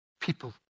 people